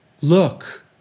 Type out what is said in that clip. Look